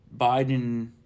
Biden